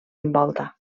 envolta